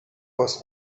was